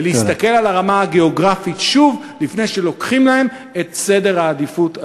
ולהסתכל על הרמה הגיאוגרפית שוב לפני שלוקחים להם את העדיפות הלאומית.